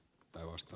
taivaasta